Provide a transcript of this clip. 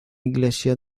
iglesia